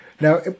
Now